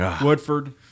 Woodford